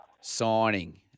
signing